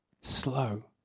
slow